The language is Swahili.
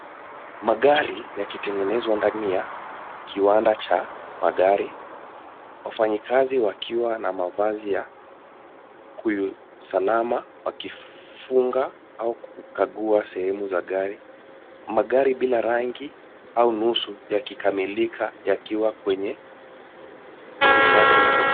Magari yakitengenezwa ndani ya kiwanda cha magari. Wafanyikazi wakiwa na mavazi ya kiusalama wakifunga au kukagua sehemu za gari. Magari bila rangi au nusu, yakikamilika yakiwa kwenye kifaa hiki.